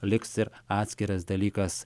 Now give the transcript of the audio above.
liks ir atskiras dalykas